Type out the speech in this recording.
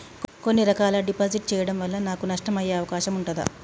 కొన్ని రకాల డిపాజిట్ చెయ్యడం వల్ల నాకు నష్టం అయ్యే అవకాశం ఉంటదా?